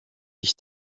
ich